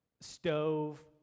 Stove